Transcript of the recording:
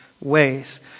ways